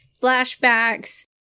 flashbacks